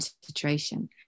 situation